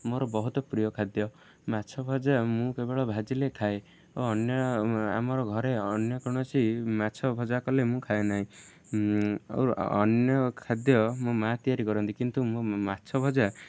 ମୋର ବହୁତ ପ୍ରିୟ ଖାଦ୍ୟ ମାଛ ଭଜା ମୁଁ କେବଳ ଭାଜିଲେ ଖାଏ ଓ ଅନ୍ୟ ଆମର ଘରେ ଅନ୍ୟ କୌଣସି ମାଛ ଭଜା କଲେ ମୁଁ ଖାଏ ନାହିଁ ଅନ୍ୟ ଖାଦ୍ୟ ମୋ ମାଆ ତିଆରି କରନ୍ତି କିନ୍ତୁ ମୁଁ ମାଛ ଭଜା